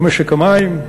ומשק המים.